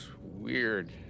weird